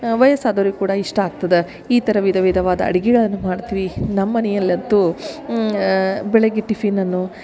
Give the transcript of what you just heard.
ವಯಸ್ಸು ಆದವ್ರಿಗೂ ಕೂಡ ಇಷ್ಟ ಆಗ್ತದೆ ಈ ಥರ ವಿಧ ವಿಧವಾದ ಆಡಿಗಿಗಳನ್ನ ಮಾಡ್ತೀವಿ ನಮ್ಮ ಮನಿಯಲ್ಲಿ ಅಂತು ಬೆಳಗ್ಗೆ ಟಿಫಿನ್ ಅನ್ನು